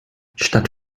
statt